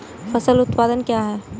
फसल उत्पादन क्या है?